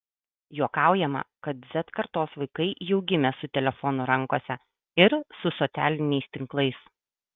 juokaujama kad z kartos vaikai jau gimė su telefonu rankose ir su socialiniais tinklais